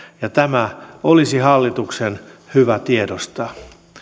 ja tämä olisi hallituksen hyvä tiedostaa